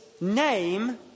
name